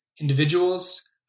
individuals